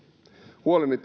huoleni